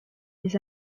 les